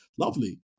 lovely